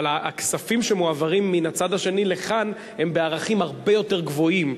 אבל הכספים שמועברים מן הצד השני לכאן הם בערכים הרבה יותר גבוהים,